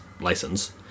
license